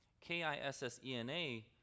k-i-s-s-e-n-a